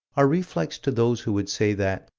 our reflex to those who would say that,